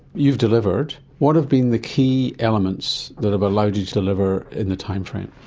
you've delivered. what have been the key elements that have allowed you to deliver in the time frame?